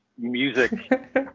music